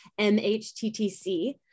MHTTC